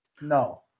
No